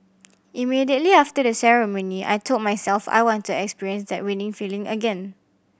immediately after the ceremony I told myself I want to experience that winning feeling again